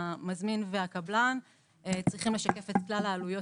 המזמין והקבלן צריכים לשקף את כלל העלויות